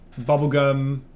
Bubblegum